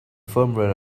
firmware